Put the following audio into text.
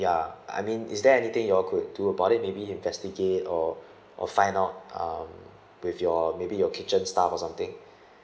ya I mean is there anything you all could do about it maybe investigate or or find out um with your maybe your kitchen staff or something